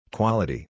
Quality